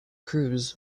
cruz